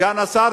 סגן השר,